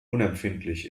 unempfindlich